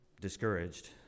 discouraged